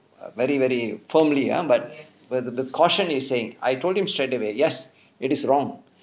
very very firmly ah but but cautiously saying I told him straight away yes it is wrong